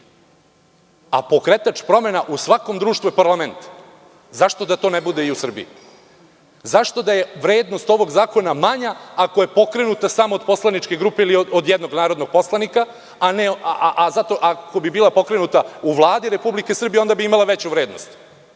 a pokretač promena u svakom društvu je parlament. Zašto da to ne bude i u Srbiji? Zašto da je vrednost ovog zakona manja ako je pokrenut samo od poslaničke grupe ili od jednog narodnog poslanika, a ako bi bila pokrenuta u Vladi Republike Srbije, onda bi imala veću vrednost?